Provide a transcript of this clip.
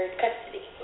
custody